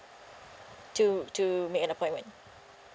to to make an appointment